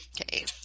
Okay